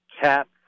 cap